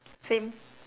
same